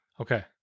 Okay